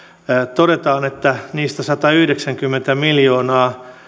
todetaan että niistä satayhdeksänkymmentä miljoonaa